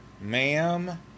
Ma'am